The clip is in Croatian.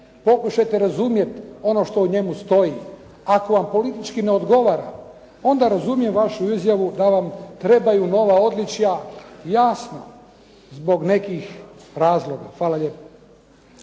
Pokušajte razumjeti ono što u njemu stoji. Ako vam politički ne odgovara onda razumijem vašu izjavu da vam trebaju nova odličja, jasno zbog nekih razloga. Hvala lijepo.